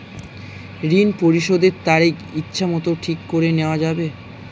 ঋণ পরিশোধের তারিখ ইচ্ছামত ঠিক করে নেওয়া যাবে?